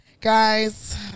Guys